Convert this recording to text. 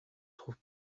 trouve